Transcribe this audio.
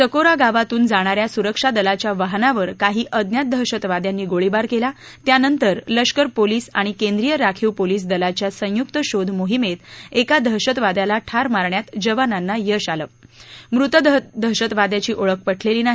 चकोरा गावातून जाणा या सुरक्षा दलाच्या वाहनावर काही अज्ञात दहशतवाद्यांनी गोळीबार केला त्यांनतर लष्कर पोलिस आणि केंद्रीय राखीव पोलीस दलाच्या संयुक्त शोध मोहिमेत एका दहशतवाद्याला ठार मारण्यात जवानांना यश आलं मृत दहशतवाद्यांनी ओळख पटलेली नाही